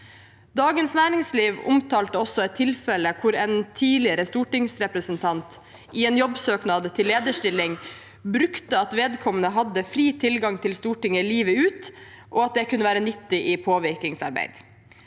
Dagens Næringsliv omtalte et tilfelle hvor en tidligere stortingsrepresentant i en jobbsøknad til lederstilling brukte at vedkommende hadde fri tilgang til Stortinget livet ut, og at det kunne være nyttig i påvirkningsarbeid.